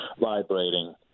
vibrating